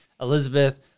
Elizabeth